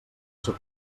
sóc